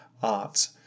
art